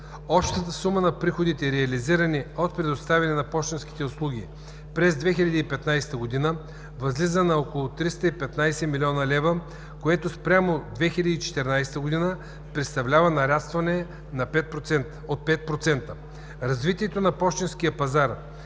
Общата сума на приходите, реализирани от предоставяне на пощенски услуги през 2015 г., възлиза на около 315 млн. лв., което спрямо 2014 г. представлява нарастване от 5%. Развитието на пощенския пазар